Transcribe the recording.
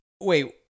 Wait